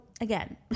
again